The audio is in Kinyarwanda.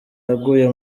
yaguye